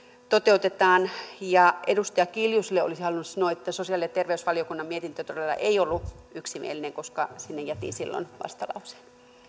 toteutetaan ja edustaja kiljuselle olisin halunnut sanoa että sosiaali ja terveysvaliokunnan mietintö todella ei ollut yksimielinen koska sinne jätin silloin vastalauseen